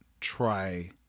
try